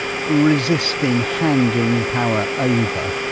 resisting handing power over?